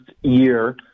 year